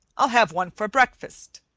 i'll have one for breakfast.